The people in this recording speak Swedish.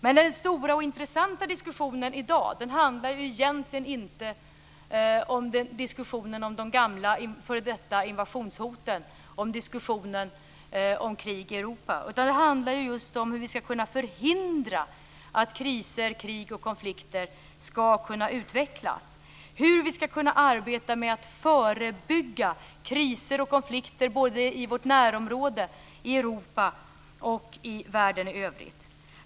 Men den stora och intressanta diskussionen i dag handlar egentligen inte om de gamla f.d. invasionshoten, om krig i Europa, utan den handlar just om hur vi ska kunna förhindra att kriser, krig och konflikter utvecklas, hur vi ska kunna arbeta med att förebygga kriser och konflikter både i vårt närområde i Europa och i världen i övrigt.